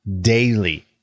daily